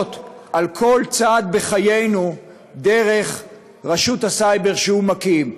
לשלוט על כל צעד בחיינו דרך רשות הסייבר שהוא מקים.